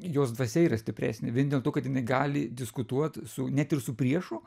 jos dvasia yra stipresnė vien dėl to kad jinai gali diskutuot su net ir su priešu